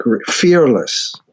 fearless